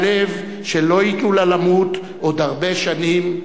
הלב/ שלא ייתנו לה למות/ עוד הרבה שנים טובות".